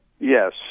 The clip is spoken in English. Yes